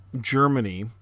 Germany